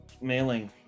mailing